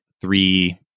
three